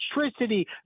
electricity